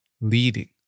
leading